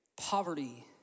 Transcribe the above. poverty